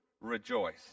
rejoice